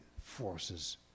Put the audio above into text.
forces